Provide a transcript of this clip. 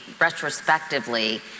retrospectively